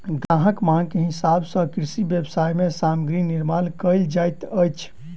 ग्राहकक मांग के हिसाब सॅ कृषि व्यवसाय मे सामग्री निर्माण कयल जाइत अछि